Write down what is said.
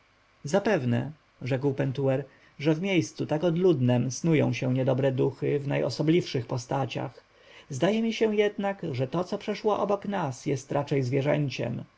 zapewne rzekł pentuer że w miejscu tak odludnem snują się niedobre duchy w najosobliwszych postaciach zdaje mi się jednak że to co przeszło obok nas jest raczej zwierzęciem